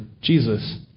Jesus